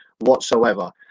whatsoever